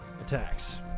Attacks